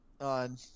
on